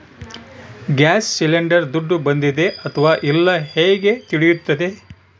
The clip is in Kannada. ಗ್ಯಾಸ್ ಸಿಲಿಂಡರ್ ದುಡ್ಡು ಬಂದಿದೆ ಅಥವಾ ಇಲ್ಲ ಹೇಗೆ ತಿಳಿಯುತ್ತದೆ?